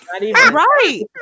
right